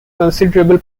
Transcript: considerable